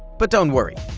but don't worry.